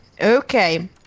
Okay